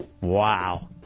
Wow